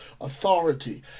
authority